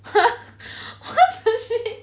what the shit